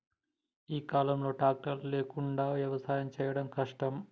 ఈ కాలం లో ట్రాక్టర్ లేకుండా వ్యవసాయం చేయడం కష్టం